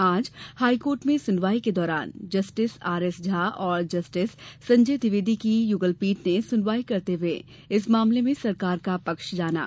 आज हाईकोर्ट में सुनवाई के दौरान जस्टिस आर एस झा और जस्टिस संजय द्विवेदी की युगलपीठ ने सुनवाई करते हुए इस मामले में सरकार का पक्ष जाना